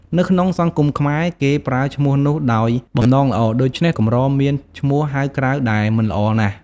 នៅក្នុងសង្គមខ្មែរ គេប្រើឈ្មោះនោះដោយបំណងល្អ ដូច្នេះ កម្រមានឈ្មោះហៅក្រៅដែលមិនល្អណាស់។